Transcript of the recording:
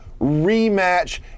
rematch